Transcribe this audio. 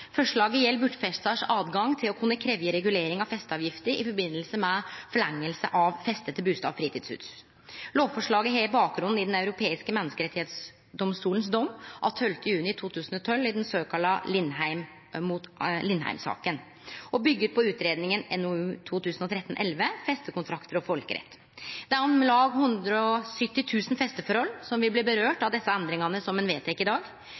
Forslaget gjeld bortfestars høve til å kunne krevje regulering av festeavgifta i samband med forlenging av feste til bustad- og fritidshus. Lovforslaget er på bakgrunn av domen i Den europeiske menneskerettsdomstolen av 12. juni 2012, den såkalla Lindheim-saka, og byggjer på utgreiinga NOU 2013:11 Festekontrakter og folkerett. Det er om lag 170 000 festeforhold som dei endringane som ein vedtek i dag,